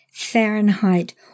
Fahrenheit